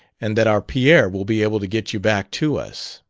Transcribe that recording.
and that our pierre will be able to get you back to us.